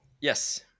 Yes